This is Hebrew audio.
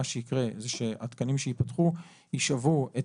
מה שיקרה זה שהתקנים שייפתחו יישאבו את